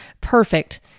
perfect